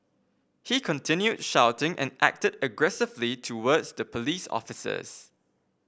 he continued shouting and acted aggressively towards the police officers